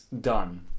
done